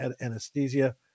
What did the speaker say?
anesthesia